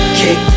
kick